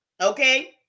okay